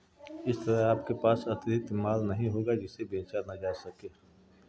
इस तरह आपके पास अतिरिक्त माल नहीं होगा जिसे बेचा न जा सके